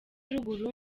ruguru